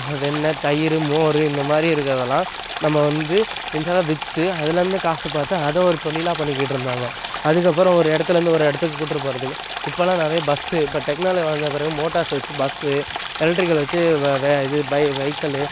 வெண்ணெய் தயிர் மோர் இந்த மாதிரி இருக்கிறதெல்லாம் நம்ம வந்து இதெல்லாம் விற்று அதுலர்ந்து காசுப் பார்த்து அதை ஒரு தொழிலா பண்ணிக்கிட்டுருந்தாங்க அதற்கப்பறம் ஒரு இடத்துலேர்ந்து ஒரு இடத்துக்கு கூப்பிட்டு போகறத்துக்கு இப்போலாம் நிறைய பஸ்ஸு இப்போ டெக்னாலஜி வளர்ந்தப் பிறகு மோட்டார்ஸ் வச்சு பஸ்ஸு எலெக்ட்ரிக்கல் வச்சு வே வே இது பை வெஹிக்கல்லு